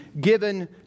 given